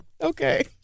Okay